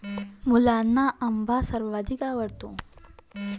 मुलांना आंबा सर्वाधिक आवडतो